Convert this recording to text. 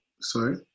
sorry